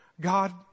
God